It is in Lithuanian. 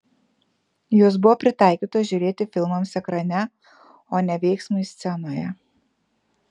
jos buvo pritaikytos žiūrėti filmams ekrane o ne veiksmui scenoje